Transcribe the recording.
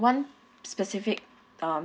one specific um